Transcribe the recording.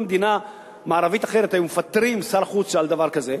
מדינה מערבית אחרת היו מפטרים שר חוץ על שכמותו,